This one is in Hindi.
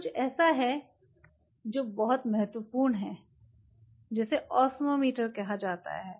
जो कुछ ऐसा है जो बहुत महत्वपूर्ण है जिसे ओस्मोमीटर कहा जाता है